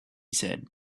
said